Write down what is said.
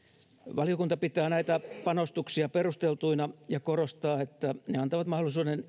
valiokunta pitää näitä panostuksia perusteltuina ja korostaa että ne antavat mahdollisuuden